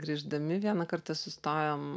grįždami vieną kartą sustojom